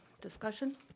discussion